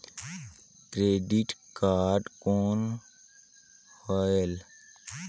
Credit card कौन होएल?